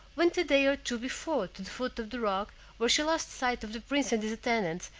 went a day or two before to the foot of the rock where she lost sight of the prince and his attendants,